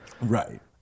right